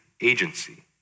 agency